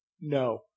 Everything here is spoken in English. No